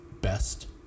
best